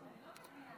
איננו,